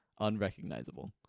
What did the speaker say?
Unrecognizable